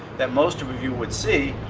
that most of of you would see.